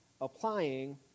applying